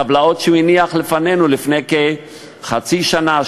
טבלאות שהוא הניח לפנינו לפני כחצי שנה,